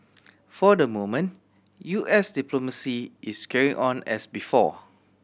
for the moment U S diplomacy is carrying on as before